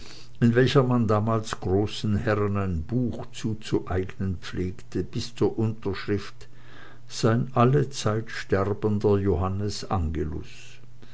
in welcher man damals großen herren ein buch zuzueignen pflegte bis zur unterschrift sein allezeit sterbender johannes angelus